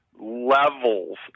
levels